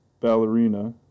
ballerina